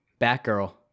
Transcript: Batgirl